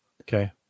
okay